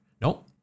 Nope